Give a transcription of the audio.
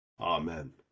Amen